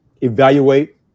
evaluate